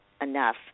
enough